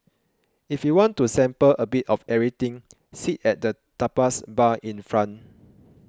if you want to sample a bit of everything sit at the tapas bar in front